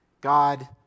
God